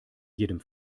jedem